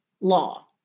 law